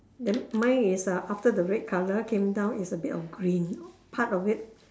then mine is err after the red colour came down is a bit of green part of it